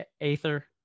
aether